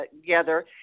together